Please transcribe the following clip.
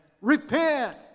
Repent